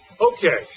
Okay